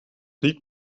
niet